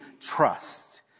trust